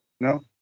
No